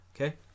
Okay